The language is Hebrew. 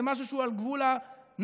זה משהו שהוא על גבול הנאיביות,